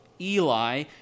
Eli